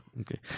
Okay